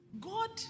God